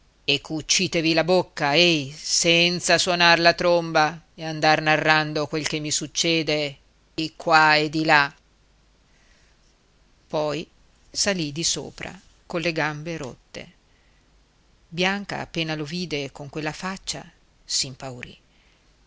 e cucitevi la bocca ehi senza suonar la tromba e andar narrando quel che mi succede di qua e di là poi salì di sopra colle gambe rotte bianca appena lo vide con quella faccia si impaurì